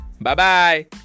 Bye-bye